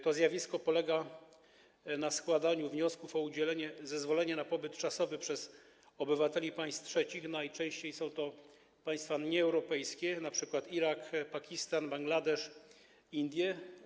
To zjawisko polega na składaniu wniosków o udzielenie zezwolenia na pobyt czasowy przez obywateli państw trzecich, najczęściej są to państwa nieeuropejskie, np. Irak, Pakistan, Bangladesz czy Indie.